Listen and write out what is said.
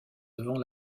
devant